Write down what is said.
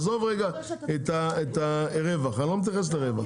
עזוב רגע את הרווח, אני לא מתייחס לרווח.